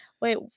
Wait